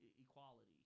equality